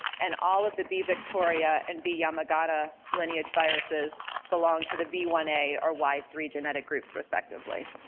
and all of the b victoria and b yamagata lineage viruses belonged to the v one a or y three genetic groups, respectively.